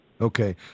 Okay